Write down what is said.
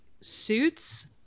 suits